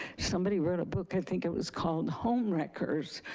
somebody wrote a book, i think it was called homewreckers,